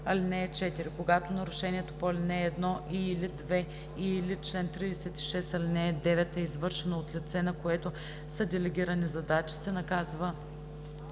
лв. (4) Когато нарушението по ал. 1 и/или 2 и/или чл. 36, ал. 9 е извършено от лице, на което са делегирани задачи, се наказва